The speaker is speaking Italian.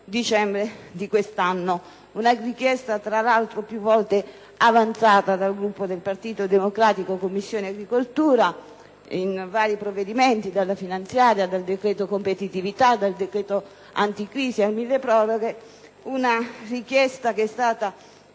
dicembre di quest'anno. Una richiesta, tra l'altro, più volte avanzata dal Gruppo del Partito Democratico in Commissione agricoltura, in vari provvedimenti, dalla finanziaria al decreto competitività, dal decreto anticrisi al cosiddetto decreto milleproroghe. Una richiesta più volte